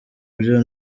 byo